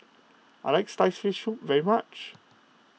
I like Sliced Fish Soup very much